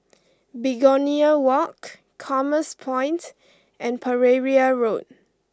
Begonia Walk Commerce Point and Pereira Road